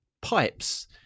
pipes